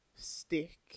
Stick